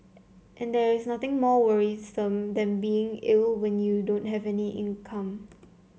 and there's nothing more worrisome than being ill when you don't have any income